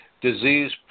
disease